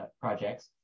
projects